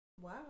Wow